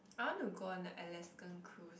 I want to go on a Alaskan cruise